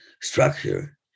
structure